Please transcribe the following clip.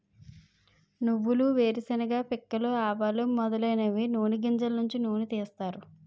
నువ్వులు వేరుశెనగ పిక్కలు ఆవాలు మొదలైనవి నూని గింజలు నుంచి నూనె తీస్తారు